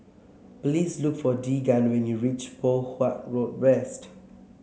please look for Deegan when you reach Poh Huat Road West